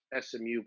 SMU